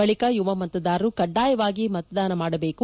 ಬಳಿಕ ಯುವ ಮತದಾರರು ಕಡ್ಡಾಯವಾಗಿ ಮತದಾನ ಮಾಡಬೇಕು